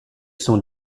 sont